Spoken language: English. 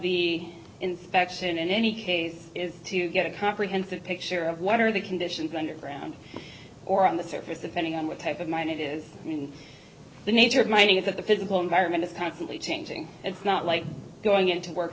the inspection in any case is to get a comprehensive picture of what are the conditions underground or on the surface depending on what type of mine it is and the nature of mining is that the physical environment is constantly changing it's not like going into work